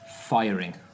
firing